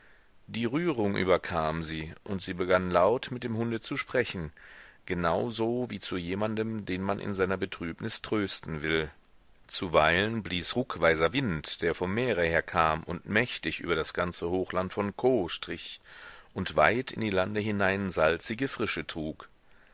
die rührung überkam sie und sie begann laut mit dem hunde zu sprechen genau so wie zu jemandem den man in seiner betrübnis trösten will zuweilen blies ruckweiser wind der vom meere herkam und mächtig über das ganze hochland von caux strich und weit in die lande hinein salzige frische trug